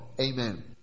Amen